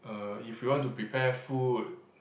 uh if we want to prepare food